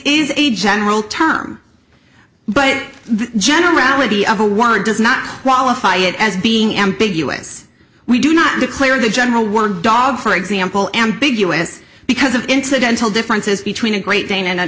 is a general term but generality of a word does not qualify it as being ambiguous we do not declare the general word dog for example ambiguous because of incidental differences between a great dane and a